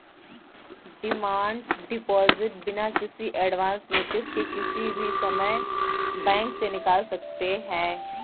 demand deposit बिना किसी advance notice के किसी भी समय बैंक से निकाल सकते है